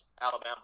Alabama